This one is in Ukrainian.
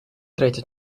третя